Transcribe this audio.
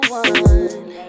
one